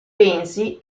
pensi